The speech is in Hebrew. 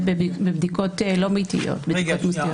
בבדיקות לא ביתיות אלא בדיקות מוסדיות.